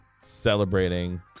Celebrating